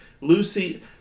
Lucy